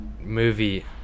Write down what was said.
movie